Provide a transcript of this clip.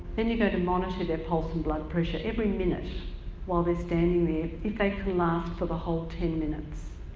then you go to monitor their pulse and blood pressure every minute while they're standing there if they can last for the whole ten minutes.